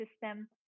system